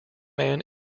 man